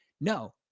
No